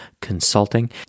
Consulting